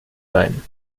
sein